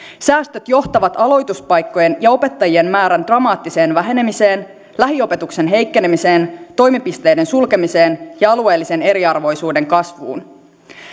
säästöt johtavat aloituspaikkojen ja opettajien määrän dramaattiseen vähenemiseen lähiopetuksen heikkenemiseen toimipisteiden sulkemiseen ja alueellisen eriarvoisuuden kasvuun